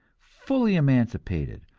fully emancipated,